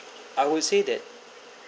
I will say that